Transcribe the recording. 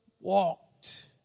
walked